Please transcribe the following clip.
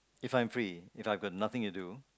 if I'm free If I got nothing to do